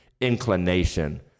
inclination